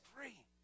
free